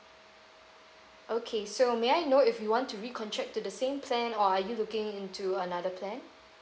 okay so may I know if you want to recontract to the same plan or are you looking into another plan